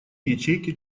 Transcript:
ячейки